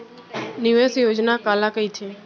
निवेश योजना काला कहिथे?